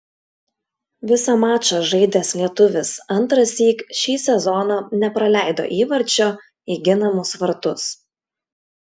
visą mačą žaidęs lietuvis antrąsyk šį sezoną nepraleido įvarčio į ginamus vartus